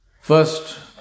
First